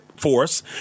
force